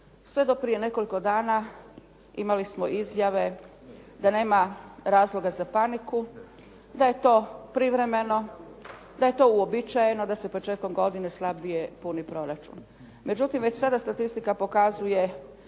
sve do prije nekoliko dana imali smo izjave da nema razloga za paniku, da je to privremeno, da je to uobičajeno da se početkom godine slabije puni proračun.